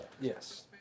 Yes